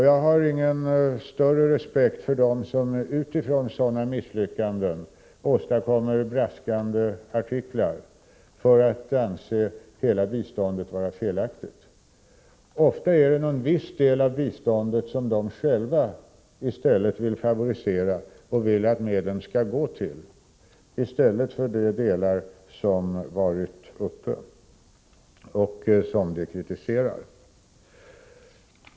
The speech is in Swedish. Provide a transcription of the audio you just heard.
Jag har ingen större respekt för dem som med utgångspunkt i sådana misslyckanden åstadkommer braskande rubriker där man hävdar att hela biståndet är felaktigt. Ofta är det någon viss del av biståndet som vederbörande själva i stället vill favorisera. Man vill att medlen skall gå till ett annat ändamål än det som varit uppe till diskussion och som man kritiserar.